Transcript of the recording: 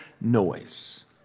noise